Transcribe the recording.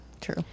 True